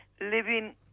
living